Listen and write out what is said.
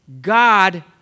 God